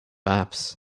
apps